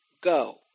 Go